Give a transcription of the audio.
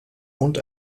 und